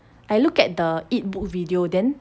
I looked at the eat book video then